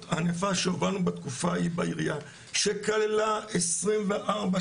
הענפה שהובלנו בתקופה ההיא בעירייה שכללה 24/7,